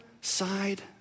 side